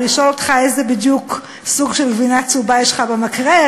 ולשאול אותך איזה סוג בדיוק של גבינה צהובה יש לך במקרר,